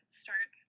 start